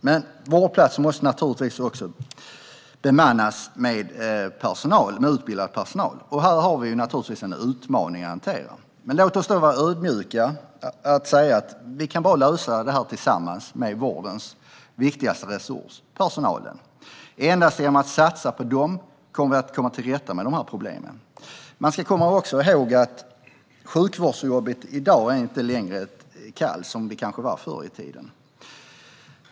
Men vårdplatser måste också bemannas av utbildad personal. Här har vi en utmaning att hantera. Låt oss då vara ödmjuka och säga att vi bara kan lösa det tillsammans med vårdens viktigaste resurs, personalen. Endast genom att satsa på den kan vi komma till rätta med problemen. Man ska också komma ihåg att sjukvårdsjobbet i dag inte längre är något kall, som det kanske var förr i tiden.